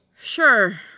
Sure